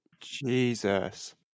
Jesus